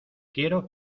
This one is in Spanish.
quiero